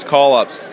Call-Ups